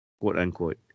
quote-unquote